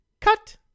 cut